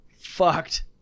fucked